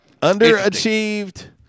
Underachieved